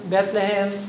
Bethlehem